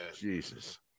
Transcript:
Jesus